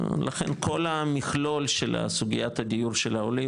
לכן כל המכלול של סוגיית הדיור של העולים,